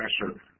pressure